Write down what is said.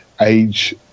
age